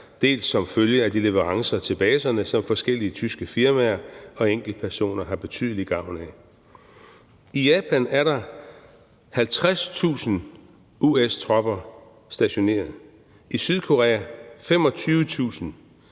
dels som følge af de leverancer til baserne, som forskellige tyske firmaer og enkeltpersoner har betydelig gavn af. I Japan er der 50.000 US-tropper stationeret, i Sydkorea 25.000,